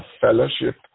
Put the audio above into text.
fellowship